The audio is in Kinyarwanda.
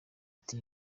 ati